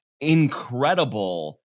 incredible